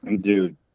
Dude